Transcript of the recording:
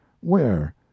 Where